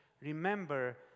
remember